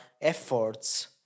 efforts